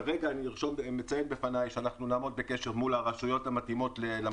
כרגע אני מציין בפניי שנעמוד בקשר עם הרשויות המתאימות.